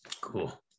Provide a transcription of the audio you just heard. Cool